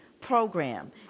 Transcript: program